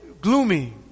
gloomy